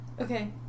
Okay